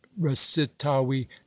recitavi